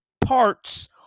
parts